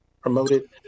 promoted